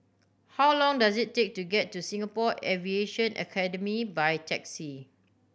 how long does it take to get to Singapore Aviation Academy by taxi